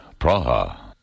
Praha